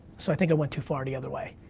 so i think i went too far the other way,